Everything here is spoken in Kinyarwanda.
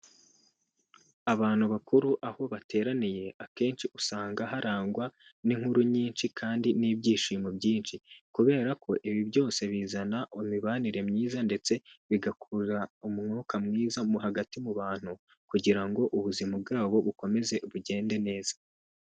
Abantu bakuru, aho bateraniye akenshi usanga harangwa n'inkuru nyinshi kandi n'ibyishimo byinshi, kubera ko ibi byose bizana imibanire myiza, ndetse bigakura umwuka mwiza mo hagati mu bantu, kugira ngo ubuzima bwabo bukomeze bugende neza.